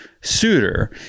suitor